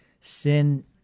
sin